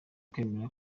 kwemera